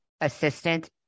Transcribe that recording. assistant